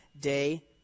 day